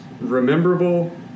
rememberable